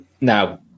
Now